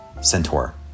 Centaur